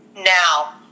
now